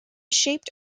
shaped